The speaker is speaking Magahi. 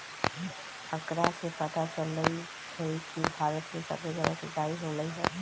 आंकड़ा से पता चलई छई कि भारत में सबसे जादा सिंचाई होलई ह